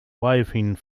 waving